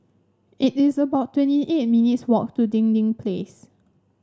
it is about twenty eight minutes walk to Dinding Place